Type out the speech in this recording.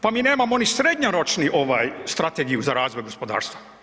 Pa mi nemamo ni srednjoročni ovaj, strategiju za razvoj gospodarstva.